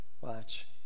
Watch